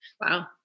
Wow